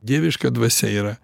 dieviška dvasia yra